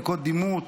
בדיקות דימות,